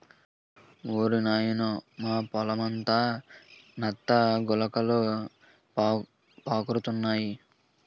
ఓరి నాయనోయ్ మా పొలమంతా నత్త గులకలు పాకురుతున్నాయి